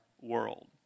world